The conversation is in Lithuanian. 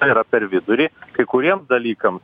yra per vidurį kai kuriems dalykams